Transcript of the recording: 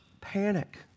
panic